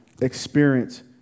experience